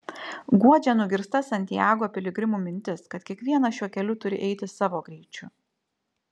guodžia nugirsta santiago piligrimų mintis kad kiekvienas šiuo keliu turi eiti savo greičiu